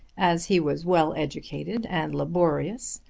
as he was well educated and laborious,